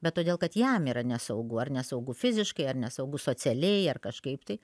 bet todėl kad jam yra nesaugu ar nesaugu fiziškai ar nesaugu socialiai ar kažkaip tai